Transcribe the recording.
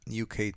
UK